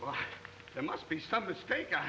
well there must be some mistake i